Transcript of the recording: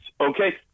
okay